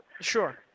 Sure